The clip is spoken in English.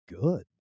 good